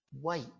Wait